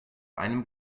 einem